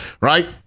right